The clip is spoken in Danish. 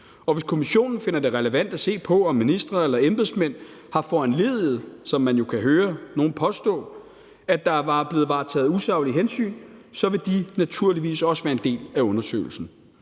og hvis kommissionen finder det relevant at se på, om ministre eller embedsmand har foranlediget, som man jo kan høre nogle påstå, at der var blevet varetaget usaglige hensyn, så vil de naturligvis også være en del af undersøgelsen,